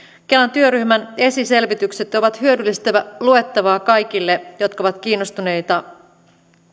työryhmän esiselvitykset ovat hyödyllistä luettavaa kaikille jotka ovat kiinnostuneita